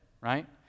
right